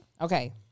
Okay